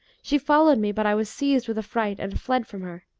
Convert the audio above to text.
she followed me, but i was seized with affright and fled from her,